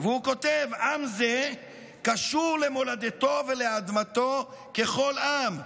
הוא כותב: עם זה קשור למולדתו ולאדמתו ככל עם,